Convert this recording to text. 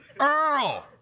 Earl